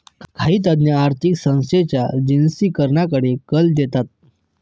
काही तज्ञ आर्थिक संस्थांच्या जिनसीकरणाकडे कल देतात